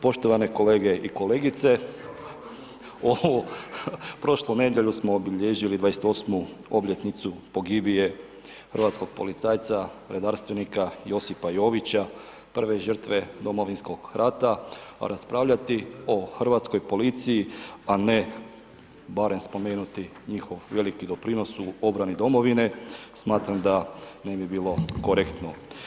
Poštovane kolege i kolegice, ovu prošlu nedjelju smo obilježili 28.-mu obljetnicu pogibije hrvatskog policajca, redarstvenika Josipa Jovića, prve žrtve Domovinskog rata, a raspravljati i hrvatskoj policiji, a ne barem spomenuti njihov veliki doprinos u obrani domovine, smatram da ne bi bilo korektno.